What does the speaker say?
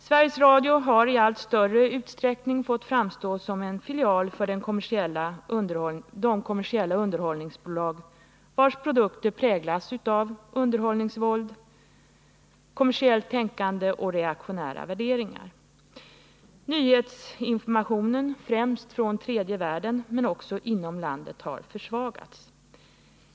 Sveriges Radio har i allt större utsträckning fått framstå som en filial till kommersiella underhållningsbolag, vilkas produkter präglas av underhållningsvåld, kommersiellt tänkande och reaktionära värderingar. 43 Nyhetsinformationen, främst från tredje världen men också inom landet, har försvagats.